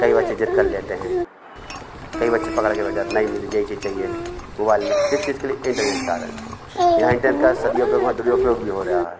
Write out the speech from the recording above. कई बच्चे ज़ि द्द कर लेते हैं कई बच्चे पकड़ कर बैठ जाते नहीं मुझे यही चीज़ चाहिए मोबाइल में किस चीज़ के लिए इंटरनेट के कारण यहाँ इंटरनेट का सदुपयोग वहाँ दुरुपयोग भी हो रहा है